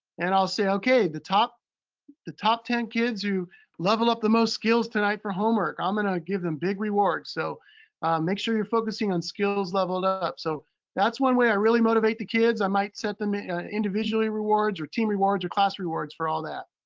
and i'll say, okay, the top the top ten kids who level up the most skills tonight for homework, i'm gonna give them big rewards. so make sure you're focusing on skills leveled ah up. so that's one way i really motivate the kids. i might set them individual rewards or team rewards or class rewards for all that.